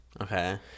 okay